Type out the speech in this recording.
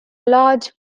large